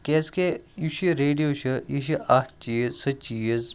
کیٛازِکہِ یُس یہِ ریڈیو چھُ یہِ چھُ اَکھ چیٖز سُہ چیٖز